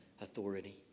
authority